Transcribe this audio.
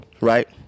right